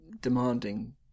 demanding